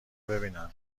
ببینن